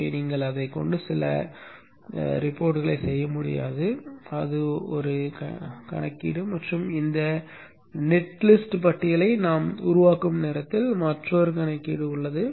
எனவே நீங்கள் அதைக் கொண்டு சில ஆவணங்களைச் செய்ய முடியாது அது ஒரு சிக்கல் மற்றும் இந்த நெட் லிஸ்ட் பட்டியலை நாம் உருவாக்கும் நேரத்தில் மற்றொரு சிக்கல்